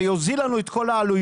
זה יוזיל לנו את כל העלויות,